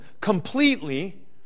completely